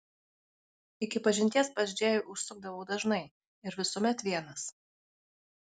iki pažinties pas džėjų užsukdavau dažnai ir visuomet vienas